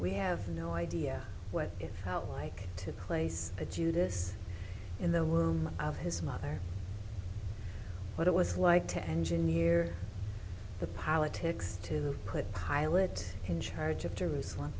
we have no idea what it felt like to place a judas in the womb of his mother what it was like to engineer the politics to put pilot in charge of jerusalem